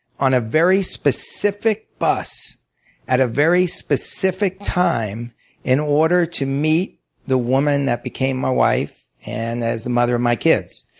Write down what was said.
on a very specific bus at a very specific time in order to meet the woman that became my wife and is the mother of my kids.